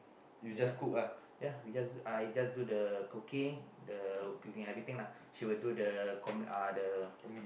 ya ya we just uh we just do the cooking the cleaning everything lah she will do the uh the